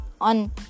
on